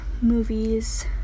movies